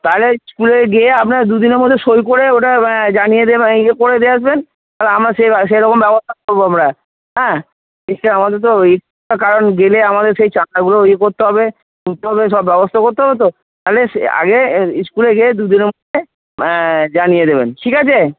তাহলে স্কুলে গিয়ে আপনার দুদিনের মধ্যে সই করে ওটা জানিয়ে দেবে ইয়ে করে দিয়ে আসবেন তাহলে আমরা সেরকম সেরকম ব্যবস্থা করবো আমরা হ্যাঁ নিশ্চয়ই আমাদের তো এক্সট্রা কারোর গেলে আমাদের সেই চাঁদা গুলো এ করতে হবে নিতে হবে সব ব্যবস্থা করতে হবে তো তাহলে আগে ইস্কুলে গিয়ে দুদিনের মধ্যে জানিয়ে দেবেন ঠিক আছে